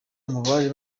mubari